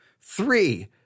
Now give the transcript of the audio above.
three